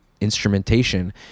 instrumentation